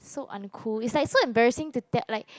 so uncool it's like so embarrassing to t~ like